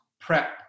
prep